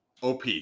OP